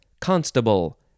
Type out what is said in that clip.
constable